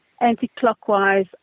anti-clockwise